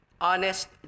honest